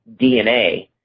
DNA